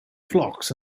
flocks